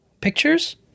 Pictures